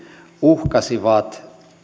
uhkasivat